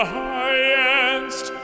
highest